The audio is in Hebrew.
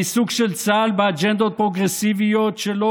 העיסוק של צה"ל באג'נדות פרוגרסיביות שלא